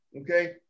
okay